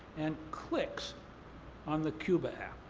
and clicks on the cuba app.